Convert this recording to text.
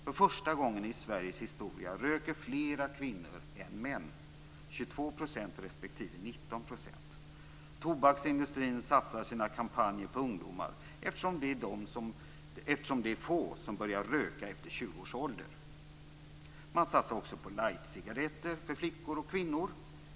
För första gången i Sveriges historia röker fler kvinnor än män - 22 % respektive Tobaksindustrin satsar sina kampanjer på ungdomar, eftersom det är få som börjar röka efter 20 års ålder. Man satsar också på light-cigaretter för flickor och kvinnor.